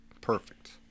Perfect